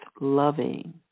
loving